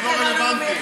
זה לא רלוונטי,